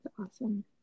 Awesome